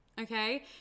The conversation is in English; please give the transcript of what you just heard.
okay